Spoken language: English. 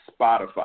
Spotify